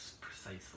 precisely